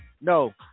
No